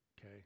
okay